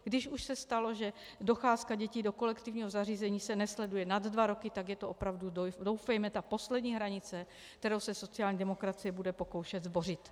Když už se stalo, že docházka dětí do kolektivního zařízení se nesleduje nad dva roky, tak je to opravdu, doufejme, ta poslední hranice, kterou se sociální demokracie bude pokoušet zbořit.